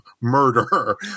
murder